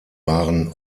waren